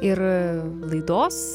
ir laidos